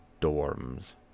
dorms